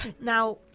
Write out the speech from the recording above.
Now